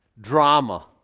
drama